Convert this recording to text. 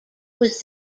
was